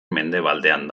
mendebaldean